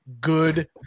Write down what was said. Good